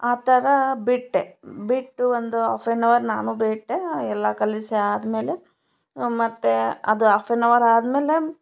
ಆ ಥರ ಬಿಟ್ಟೆ ಬಿಟ್ಟು ಒಂದದು ಹಾಫ್ ಆನ್ ಅವರ್ ನಾನು ಬಿಟ್ಟೆ ಎಲ್ಲ ಕಲಸಿ ಆದಮೇಲೆ ಮತ್ತೆ ಅದು ಆಫ್ ಆನ್ ಅವರ್ ಆದಮೇಲೆ